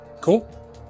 Cool